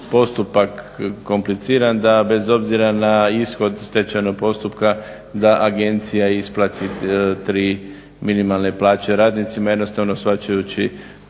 postupak kompliciran da bez obzira na ishod stečajnog postupka da agencija isplati tri minimalne plaće radnicima, jednostavno shvaćajući